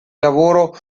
lavoro